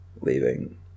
leaving